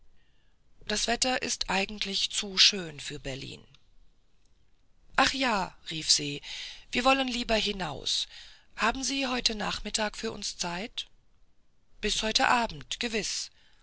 das wetter ist eigentlich zu schön für berlin ach ja rief se wir wollen lieber hinaus haben sie heute nachmittag für uns zeit bis heute abend gewiß